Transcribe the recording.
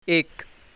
एक